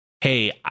hey